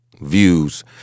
Views